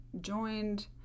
joined